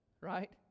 Right